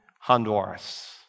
Honduras